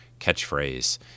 catchphrase